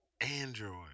Android